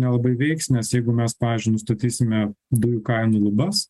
nelabai veiks nes jeigu mes pavyzdžiui nustatysime dujų kainų lubas